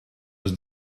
was